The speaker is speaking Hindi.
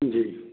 जी